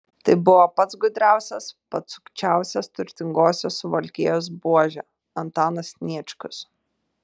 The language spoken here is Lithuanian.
tai buvo pats gudriausias pats sukčiausias turtingosios suvalkijos buožė antanas sniečkus